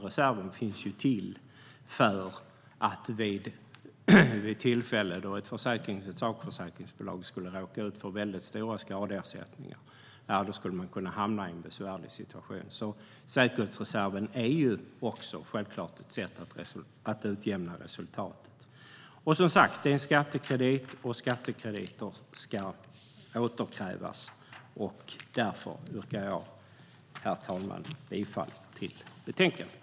Reserven finns till för det tillfälle då ett sakförsäkringsbolag råkar ut för stora skadeersättningar och hamnar i en besvärlig situation. Säkerhetsreserven är självklart ett sätt att utjämna resultatet. Det är en skattekredit, och skattekrediter ska återkrävas. Därför yrkar jag, herr talman, bifall till förslaget i betänkandet.